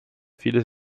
vieles